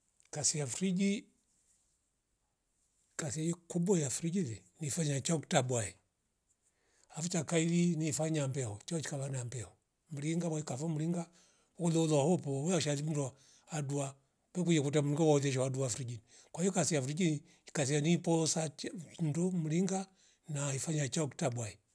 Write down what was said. Kasi ya friji kaze yo kubwe ya friji ve ni fanya chauktabwae alafu cha kaili ni fanya mbeau chochka vana mbeo mringa weka vo mringa ulolo hopu yewashooza mndua hadwa penguye vuta mnguoli shawadua friji kwa hio kasi ya friji ni kazi niposatia findu mringa na ifanya chauk tabwai